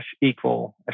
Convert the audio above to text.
equal